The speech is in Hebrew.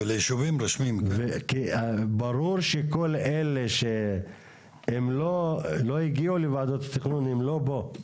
כי ברור שכל אלה שהם לא הגיעו לוועדות התכנון הם לא פה.